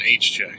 hj